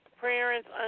parents